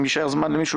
אם יישאר זמן למישהו,